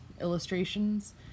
illustrations